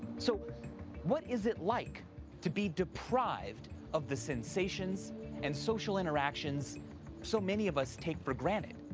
so what is it like to be deprived of the sensations and social interactions so many of us take for granted?